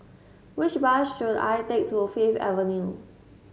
which bus should I take to Fifth Avenue